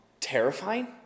Terrifying